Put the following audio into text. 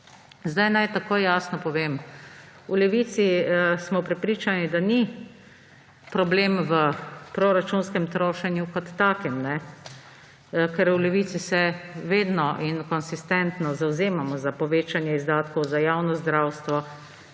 Sedaj naj takoj jasno povem. V Levici smo prepričani, da ni problem v proračunskem trošenju kot takem, ker v Levici se vedno in konsistentno zavzamemo za povečanje izdatkov za javno zdravstvo,